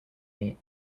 neat